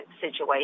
situation